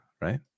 right